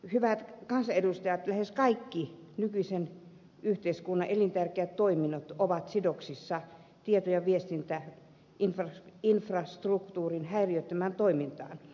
hyvät kansanedustajat lähes kaikki nykyisen yhteiskunnan elintärkeät toiminnot ovat sidoksissa tieto ja viestintäinfrastruktuurin häiriöttömään toimintaan